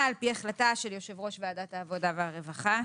על פי החלטה של יושב-ראש ועדת העבודה והרווחה.